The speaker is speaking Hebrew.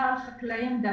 מדובר על חקלאים דווקא.